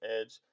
edge